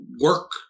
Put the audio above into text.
work